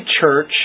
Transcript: church